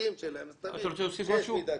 עד היום,